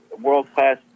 world-class